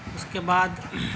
اس کے بعد